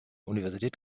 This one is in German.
universität